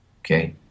Okay